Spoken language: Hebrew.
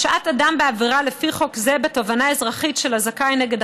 הרשעת אדם בעבירה לפי חוק זה בתובענה אזרחית של הזכאי נגד